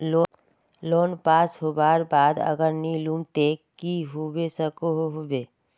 Loan पास होबार बाद अगर नी लुम ते की होबे सकोहो होबे?